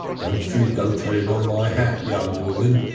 don't you go treading on my hat, young woman.